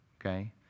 okay